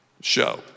show